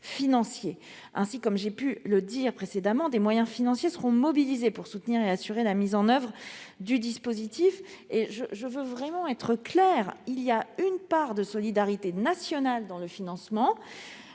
Ainsi, comme j'ai pu le déclarer précédemment, des moyens financiers seront mobilisés pour soutenir et assurer la mise en oeuvre du dispositif. Je veux être très claire : il y a une part de solidarité nationale dans le financement,